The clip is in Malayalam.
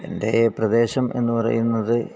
എന്റെ പ്രദേശം എന്നു പറയുന്നത്